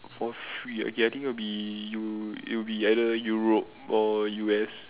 for free I think will be Eu~ it would be either Europe or U_S